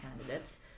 candidates